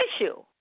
issue